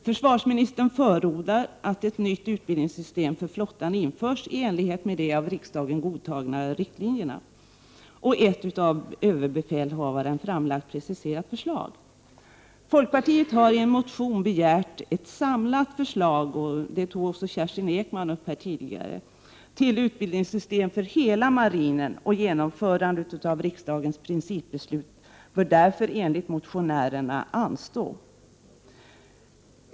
Försvarsministern förordar att ett nytt utbildningssystem för flottan införs i enlighet med de av riksdagen godtagna riktlinjerna och ett av överbefälhavaren framlagt preciserat förslag. Folkpartiet har i motion begärt ett samlat förslag till utbildningssystem för hela marinen — vilket Kerstin Ekman tog upp här tidigare — och genomförandet av riksdagens principbeslut bör därför enligt motionärerna anstå.